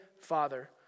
father